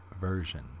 version